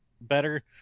better